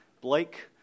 Blake